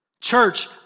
Church